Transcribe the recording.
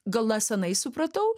gana seniai supratau